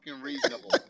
reasonable